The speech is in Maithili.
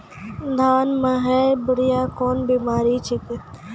धान म है बुढ़िया कोन बिमारी छेकै?